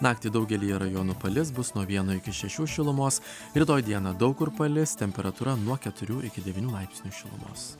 naktį daugelyje rajonų palis bus nuo vieno iki šešių šilumos rytoj dieną daug kur palis temperatūra nuo keturių iki devynių laipsnių šilumos